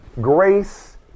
grace